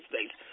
States